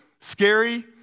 scary